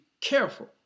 careful